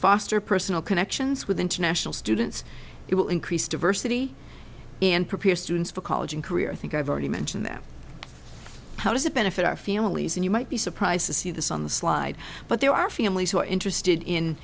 foster personal connections with international students it will increase diversity and prepare students for college and career i think i've already mentioned them how does it benefit our families and you might be surprised to see this on the slide but there are families who are interested in